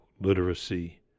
literacy